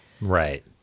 Right